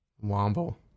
Wombo